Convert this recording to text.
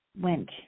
went